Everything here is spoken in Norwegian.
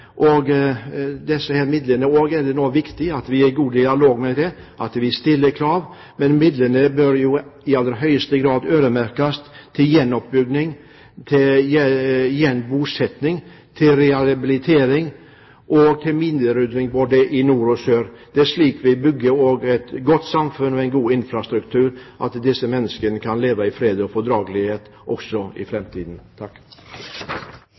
er det også viktig at vi er i god dialog og stiller krav. Midlene bør i aller høyeste grad øremerkes til gjenoppbygging, til gjenbosetting, til rehabilitering og til minerydding i både nord og sør. Det er slik vi bygger et godt samfunn med en god infrastruktur, slik at disse menneskene kan leve i fred og fordragelighet også i